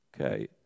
okay